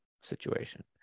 situation